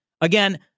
Again